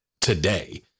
today